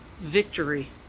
victory